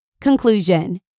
Conclusion